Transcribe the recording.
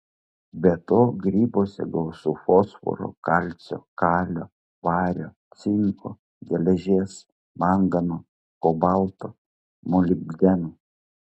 be to grybuose gausu fosforo kalcio kalio vario cinko geležies mangano kobalto molibdeno